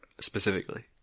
Specifically